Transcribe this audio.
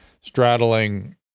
straddling